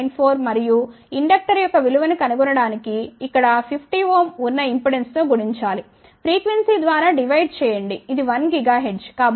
8794 మరియు ఇండక్టర్ యొక్క విలువ ను కనుగొనడానికి ఇక్కడ 50 ఓం ఉన్న ఇంపెడెన్స్తో గుణించాలి ఫ్రీక్వెన్సీ ద్వారా డివైడ్ చేయండి ఇది 1 GHz